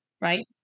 right